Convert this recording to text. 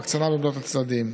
לאט-לאט צברנו ניסיון.